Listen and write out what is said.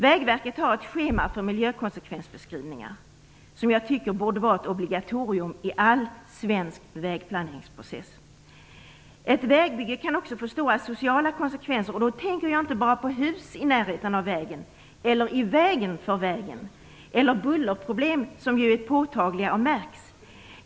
Vägverket har ett schema för miljökonsekvensbeskrivningar som jag tycker borde vara ett obligatorium i all svensk vägplaneringsprocess. Ett vägbygge kan också få stora sociala konsekvenser. Då tänker jag inte bara på hus i närheten av vägen eller i vägen för vägen eller bullerproblem, som ju är påtagliga och märks.